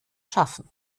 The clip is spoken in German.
schaffen